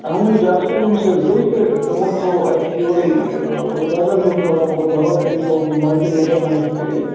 اہن حظ ڈاکٹر صٲبس نِش حظ گٔے تہٕ تمو تھوو اَتہِ یِہوٚے رَگَن ہُنٛد تھوڑا بہت دوا بیٚیہِ تھوٚوُکھ یہِ مَلٹہِ وِٹَمِنٕز تھٲیِکھ